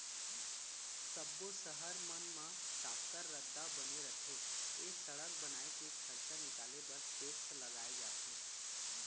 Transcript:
सब्बो सहर मन म चाक्कर रद्दा बने रथे ए सड़क बनाए के खरचा निकाले बर टेक्स लगाए जाथे